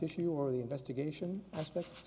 issue or the investigation espec